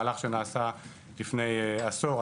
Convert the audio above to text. מהלך שנעשה לפני עשור,